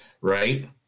Right